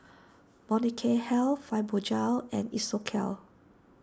Molnylcke Health Fibogel and Isocal